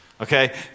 Okay